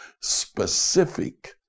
specific